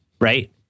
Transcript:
Right